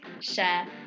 share